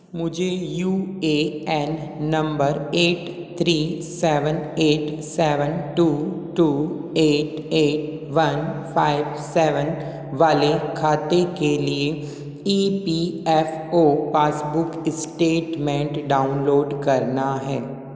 मुझे U A N number eight three seven eight seven two two eight eight one five seven वाले खाते के लिए E P F O passbook statement download करना है